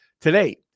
Today